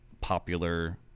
popular